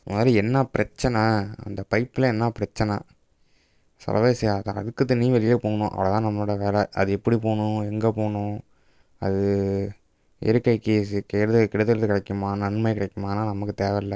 இந்த மாதிரி என்ன பிரச்சனை அந்தப் பைப்பில என்ன பிரச்சனை செலவே செய்யாத அழுக்குத் தண்ணி வெளியே போகணும் அவ்வளோ தான் நம்மளோட வேலை அது எப்படி போகணும் எங்கே போகணும் அது இயற்கைக்கிக் கெடுத கெடுதல் கிடைக்குமா நன்மை கிடைக்குமா அதெல்லாம் நமக்குத் தேவைல்ல